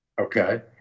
okay